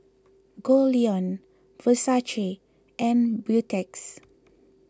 Goldlion and Beautex